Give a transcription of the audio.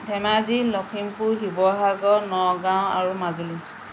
ধেমাজি লখিমপুৰ শিৱসাগৰ নগাওঁ আৰু মাজুলী